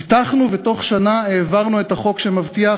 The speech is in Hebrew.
הבטחנו ובתוך שנה העברנו את החוק שמבטיח